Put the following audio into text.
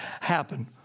happen